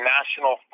National